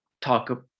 talk